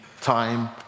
time